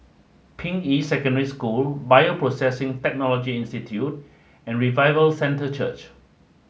Ping Yi Secondary School Bioprocessing Technology Institute and Revival Centre Church